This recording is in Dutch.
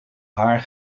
haar